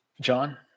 John